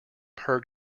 herd